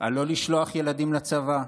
על לא לשלוח ילדים לצבא,